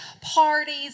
parties